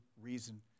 reason